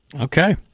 Okay